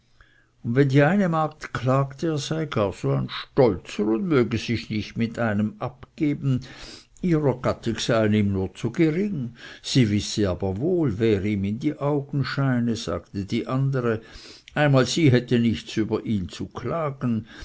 und wenn die eine magd klagte er sei gar so ein stolzer und möge sich nicht mit einem abgeben ihrer gattig seien ihm nur zu gering sie wisse aber wohl wer ihm in die augen scheine sagte die andere einmal sie hätte nichts über ihn zu klagen